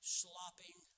slopping